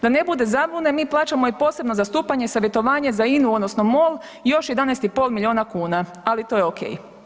Da ne bude zabune mi plaćamo i posebno zastupanje i savjetovanje za INA-u odnosno Mol još 11,5 milijuna kuna, ali to je ok.